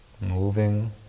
moving